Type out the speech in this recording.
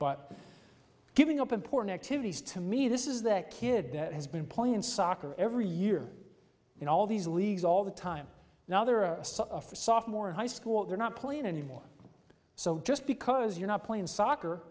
but giving up important activities to me this is that kid that has been playing soccer every year in all these leagues all the time now there are a sophomore in high school they're not playing anymore so just because you're not playing soccer